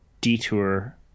detour